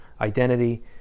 identity